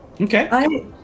Okay